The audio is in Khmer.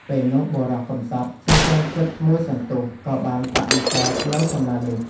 ពេលនោះបុរសកម្សត់ សញ្ជឹងគិតមួយសន្ទុះ ក៏បានបដិសេធន៍នៅសំណើរនេះ។